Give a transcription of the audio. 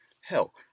Hell